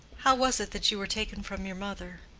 how was it that you were taken from your mother?